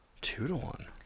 two-to-one